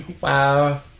Wow